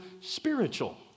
spiritual